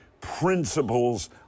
principles